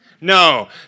No